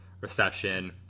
reception